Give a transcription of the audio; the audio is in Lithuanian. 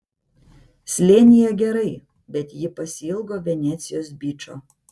slėnyje gerai bet ji pasiilgo venecijos byčo